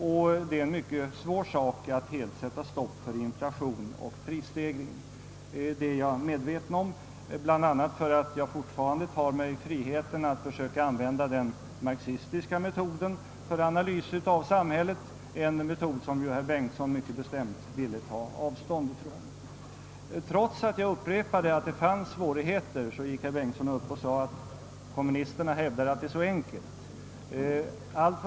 Och det är mycket svårt att helt sätta stopp för inflation och prisstegring. Detta är jag medveten om, bl.a. därför att jag fortfarande tar mig friheten att försöka använda den marxistiska metoden för analyser av samhället — en metod som herr Bengtsson i Varberg bestämt ville ta avstånd ifrån. Trots att jag upprepade att det fanns svårigheter, gick herr Bengtsson upp och sade att kommunisterna hävdar att det är så enkelt.